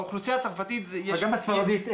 באוכלוסייה הצרפתית יש --- אבל גם בספרדית,